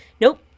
nope